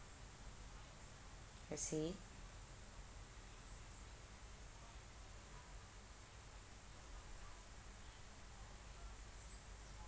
I see